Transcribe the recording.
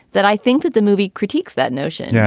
that i think that the movie critiques that notion. yeah